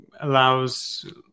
allows